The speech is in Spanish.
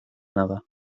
nada